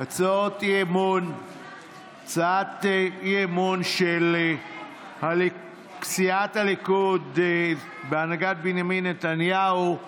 הצעת אי-אמון של סיעת הליכוד בהנהגת בנימין נתניהו.